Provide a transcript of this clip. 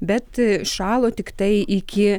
bet šalo tiktai iki